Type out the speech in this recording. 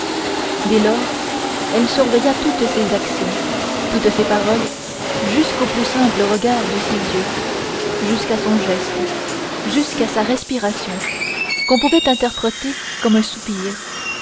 dès lors elle surveilla toutes ses actions toutes ses paroles jusqu'au plus simple regard de ses yeux jusqu'à son geste jusqu'à sa respiration qu'on pouvait interpréter comme un soupir